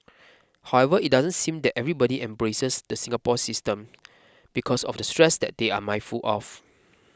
however it doesn't mean that everybody embraces the Singapore system because of the stress that they are mindful of